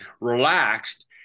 relaxed